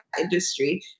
industry